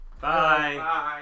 Bye